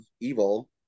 evil